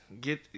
get